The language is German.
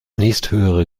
nächsthöhere